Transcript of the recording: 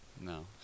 No